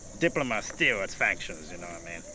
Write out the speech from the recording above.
diplomats steal at functions, and um and